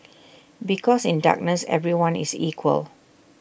because in darkness everyone is equal